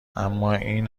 امااین